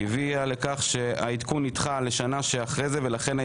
הביאו לכך שהעדכון נדחה לשנה שאחרי זה ולכן,